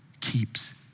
keeps